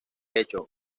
hecho